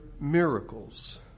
miracles